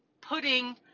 putting